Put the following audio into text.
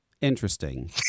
Interesting